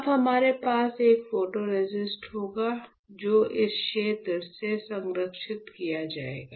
अब हमारे पास एक फोटोरेसिस्ट होगा जो इस क्षेत्र में संरक्षित किया जाएगा